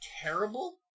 terrible